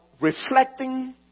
reflecting